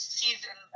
season